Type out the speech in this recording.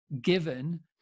given